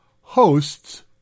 hosts